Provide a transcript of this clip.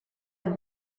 amb